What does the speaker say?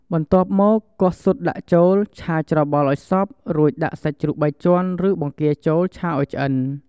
បន្ទាប់មក គោះស៊ុតដាក់ចូល ឆាច្របល់ឱ្យសព្វ រួចដាក់សាច់ជ្រូកបីជាន់ ឬបង្គាចូលឆាឱ្យឆ្អិន។